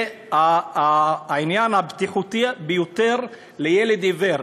זה העניין הבטיחותי ביותר לילד עיוור.